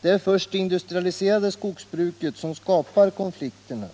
Det är först det industrialiserade skogsbruket som skapar konflikter.